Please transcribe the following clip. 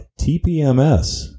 TPMS